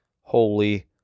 holy